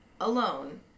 alone